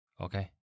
Okay